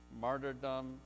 martyrdom